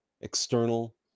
external